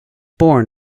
born